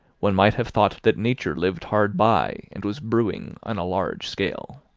one might have thought that nature lived hard by, and was brewing on a large scale.